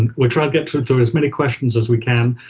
and we'll try to get through to as many questions as we can.